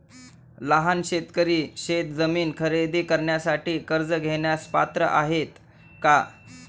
लहान शेतकरी शेतजमीन खरेदी करण्यासाठी कर्ज घेण्यास पात्र आहेत का?